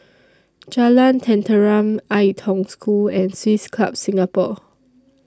Jalan Tenteram Ai Tong School and Swiss Club Singapore